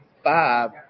Five